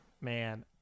man